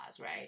right